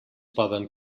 poden